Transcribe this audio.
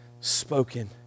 spoken